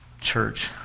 church